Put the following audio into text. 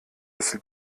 das